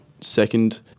second